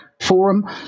forum